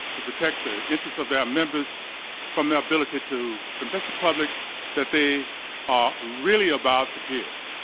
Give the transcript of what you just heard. to protect the interest of their members from their ability to convince the public that they are really about the kids.